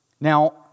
Now